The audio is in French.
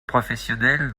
professionnelle